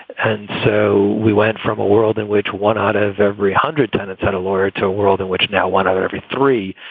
and so we went from a world in which one out of every hundred tenants had a lawyer to a world in which now one in and every three